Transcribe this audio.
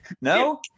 No